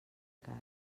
cara